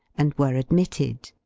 and were admitted.